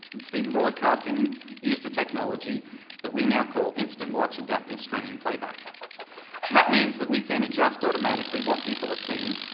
and steam broadcasting used a technology that we now call instant watch adaptive streaming playback, and that means that we can adjust automatically what people are seeing,